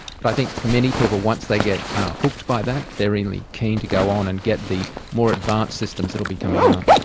but i think for many people once they get hooked by that, they are really keen to go on and get the more advanced systems that will be coming out.